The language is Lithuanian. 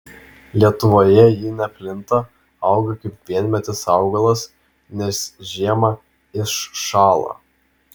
lietuvoje ji neplinta auga kaip vienmetis augalas nes žiemą iššąla